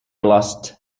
lost